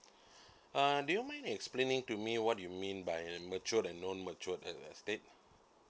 uh do you mind explaining to me what do you mean by a mature and non mature estate